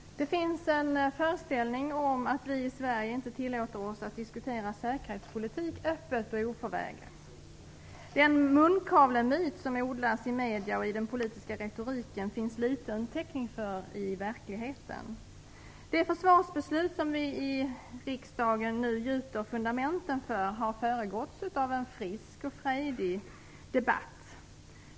Fru talman! Det finns en föreställning om att vi i Sverige inte tillåter oss att diskutera säkerhetspolitik öppet och oförväget. Den "munkavlemyt" som odlas i medierna och i den politiska retoriken finns liten täckning för i verkligheten. Det försvarsbeslut som vi i riksdagen nu gjuter fundamenten för har föregåtts av en frisk och frejdig debatt.